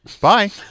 Bye